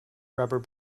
rubber